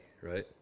right